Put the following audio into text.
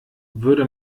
würde